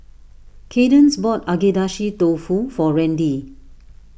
Kaydence bought Agedashi Dofu for Randy